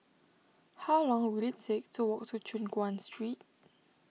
how long will it take to walk to Choon Guan Street